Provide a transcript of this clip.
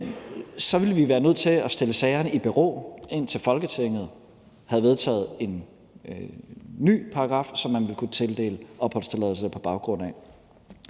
så ville vi have været nødt til at stille sagerne i bero, indtil Folketinget havde vedtaget en ny paragraf, som man ville kunne tildele opholdstilladelse på baggrund af.